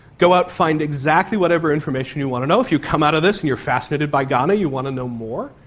go out, find exactly whatever information you want to know. if you come out of this and you're fascinated by ghana, you want to know more,